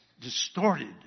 distorted